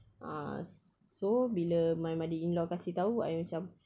ah so bila my mother-in-law kasih tahu I macam